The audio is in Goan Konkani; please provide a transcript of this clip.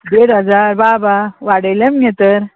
देड हजार बाबा वाडयले मगे तर